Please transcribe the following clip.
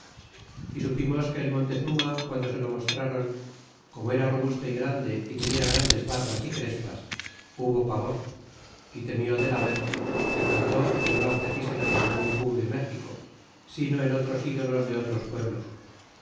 y supimos que el montezuma guando se lo mostraron como era robusto y grande y tenia grandes barbas y crespas hubo pavor y temió de la ver y mandó que no la ofreciesen ningun cu de méxico sino en otros ídolos de otros pueblos